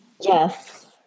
Yes